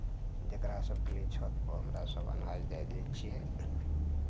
जकरा सभके लिए छतपर हमरासभ अनाज दए दै छियै